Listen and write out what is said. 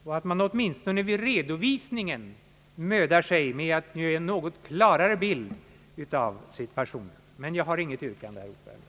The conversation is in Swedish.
Åtminstone borde man vid redovisningen beflita sig om att ge en något klarare bild av situationen. Herr talman! Jag har som sagt inget Yrkande.